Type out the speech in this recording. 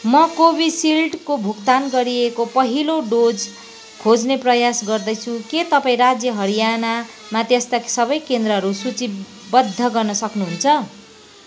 म कोभिसिल्डको भुक्तान गरिएको पहिलो डोज खोज्ने प्रयास गर्दैछु के तपाईँँ राज्य हरियाणामा त्यस्ता सबै केन्द्रहरू सूचीबद्ध गर्न सक्नुहुन्छ